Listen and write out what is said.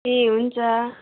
ए हुन्छ